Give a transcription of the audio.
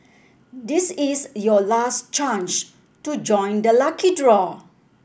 this is your last chance to join the lucky draw